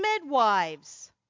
midwives